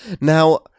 Now